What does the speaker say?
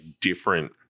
different